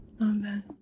Amen